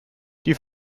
die